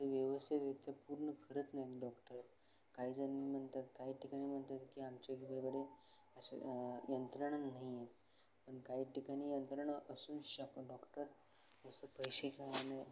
ते व्यवस्थितरित्या पूर्ण करत नाहीत डॉक्टर काहीजण म्हणतात काही ठिकाणी म्हणतात की आमच्या इकडे असे यंत्रणा नाही आहेत पण काही ठिकाणी यंत्रणा असून शकतो डॉक्टर असं पैसे काय नाही